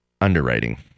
Underwriting